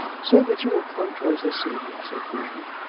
say that you will come to us this evening, said burton.